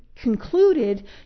Concluded